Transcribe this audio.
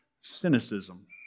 cynicism